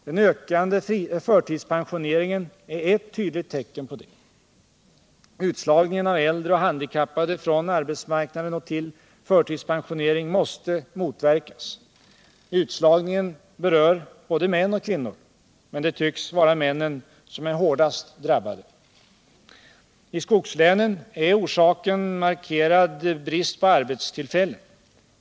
Den ökande förtidspensioneringen är ett tydligt tecken på detta. Utslagningen av äldre och handikappade från arbetsmarknaden till förtidspensionering måste motverkas. Utslagningen berör både män och kvinnor, men det tycks vara männen som är hårdast drabbade. I skogslänen är orsaken markerad brist på arbetstillfällen.